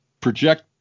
project